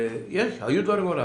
ויש, היו דברים מעולם.